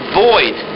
void